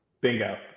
Bingo